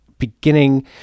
beginning